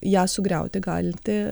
ją sugriauti galinti